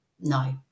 No